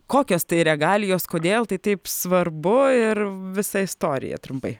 kokios tai regalijos kodėl tai taip svarbu ir visą istoriją trumpai